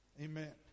amen